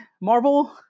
Marvel